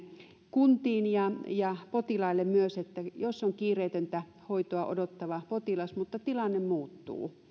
kuntiin ja ja potilaille myös että jos on kiireetöntä hoitoa odottava potilas mutta tilanne muuttuu